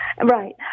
Right